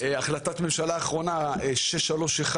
החלטת הממשלה האחרונה, 631,